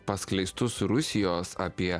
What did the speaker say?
paskleistus rusijos apie